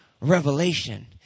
revelation